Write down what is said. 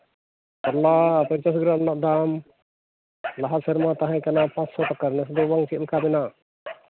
ᱠᱟᱞᱞᱟ ᱯᱚᱧᱪᱟᱥ ᱜᱨᱟᱢ ᱨᱮᱱᱟᱜ ᱫᱟᱢ ᱞᱟᱦᱟ ᱥᱮᱨᱢᱟ ᱛᱟᱦᱮᱸ ᱠᱟᱱᱟ ᱯᱟᱥᱥᱳ ᱴᱟᱠᱟ ᱱᱮᱥ ᱫᱚ ᱡᱮᱢᱚᱱ ᱪᱮᱫ ᱞᱮᱠᱟ ᱦᱮᱱᱟᱜ